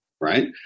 right